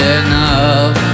enough